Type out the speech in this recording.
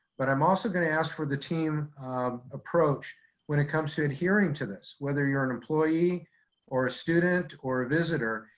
but i'm also gonna ask for the team approach when it comes to adhering to this. whether you're an employee or a student or a visitor,